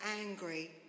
angry